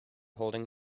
holding